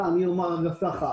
כרגע.